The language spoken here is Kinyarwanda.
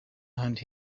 ahandi